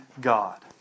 God